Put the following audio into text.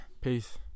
Peace